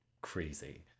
crazy